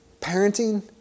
Parenting